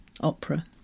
opera